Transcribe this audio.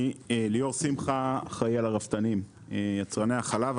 אני אחראי על הרפתנים, יצרני החלב.